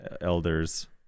elders